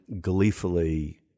gleefully